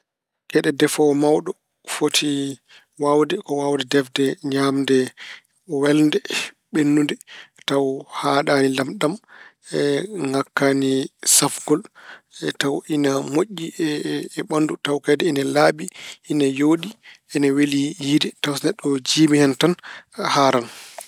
Geɗe defoowo mawɗo foti waawde ko waawde defde ñaamde welde, ɓenndude taw haɗaani lamɗam e ŋakkaani safgol tawa ina moƴƴi e- e ɓanndu tawa kadi ina laaɓi, ina yooɗi, ina weli yiyde, tawa so neɗɗo jiimi hen tan haaran.